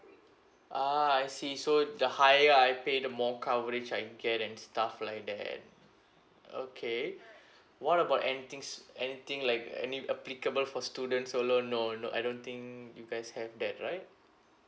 ah I see so the higher I pay the more coverage I get and stuff like that okay what about anything's anything like any applicable for students alone no no I don't think you guys have that right